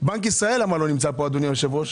בנק ישראל למה לא נמצא פה, אדוני יושב הראש?